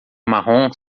marrom